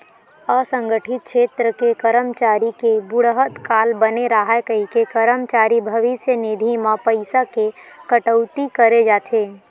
असंगठित छेत्र के करमचारी के बुड़हत काल बने राहय कहिके करमचारी भविस्य निधि म पइसा के कटउती करे जाथे